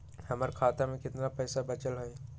हमर खाता में केतना पैसा बचल हई?